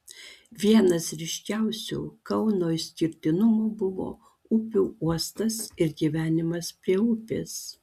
vienas ryškiausių kauno išskirtinumų buvo upių uostas ir gyvenimas prie upės